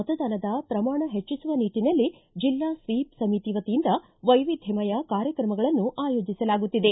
ಮತದಾನದ ಪ್ರಮಾಣ ಹೆಚ್ಚಿಸುವ ನಿಟ್ಟನಲಿ ಜಿಲ್ಲಾ ಸ್ವೀಪ್ ಸಮಿತಿ ವತಿಯಿಂದ ವೈವಿಧ್ಯಮಯ ಕಾರ್ಯಕ್ರಮಗಳನ್ನು ಆಯೋಜಿಸಲಾಗುತ್ತಿದೆ